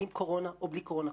עם קורונה או בלי קורונה.